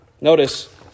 Notice